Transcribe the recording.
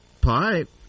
pipe